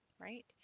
Right